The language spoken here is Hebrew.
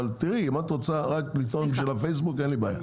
אבל תראי אם את רוצה רק לטעון בשביל הפייסבוק אין לי בעיה.